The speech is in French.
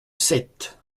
sept